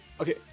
okay